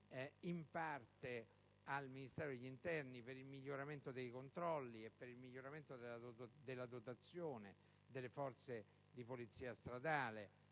in parte al Ministero dell'interno, per il miglioramento dei controlli e della dotazione delle forze di polizia stradale,